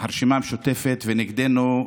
הרשימה המשותפת ונגדנו,